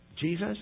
Jesus